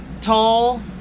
Tall